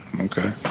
Okay